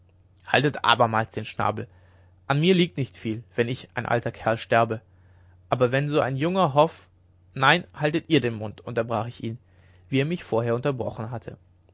haltet abermals den schnabel an mir liegt nicht viel wenn ich alter kerl sterbe aber wenn so ein junger hoff nein haltet ihr den mund unterbrach ich ihn so wie er mich vorher unterbrochen hatte